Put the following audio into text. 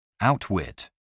Outwit